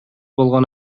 болгон